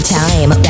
time